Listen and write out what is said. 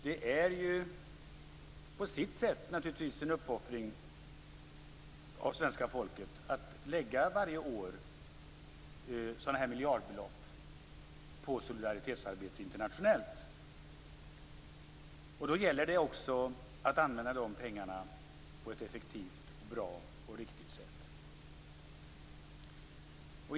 Det är på sitt sätt naturligtvis en uppoffring av svenska folket att varje år lägga miljardbelopp på internationellt solidaritetsarbete. Då gäller det också att använda de pengarna på ett effektivt, bra och riktigt sätt.